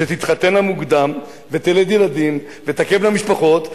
שתתחתנה מוקדם ותלדנה ילדים ותקמנה משפחות,